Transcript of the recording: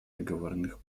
договорных